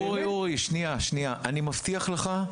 אורי, אני מבטיח לך,